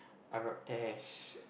Arab test